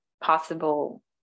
possible